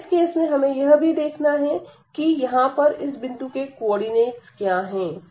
और इस केस में हमें यह भी देखना है कि यहां पर इस बिंदु के कोऑर्डिनेटस क्या है